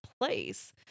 place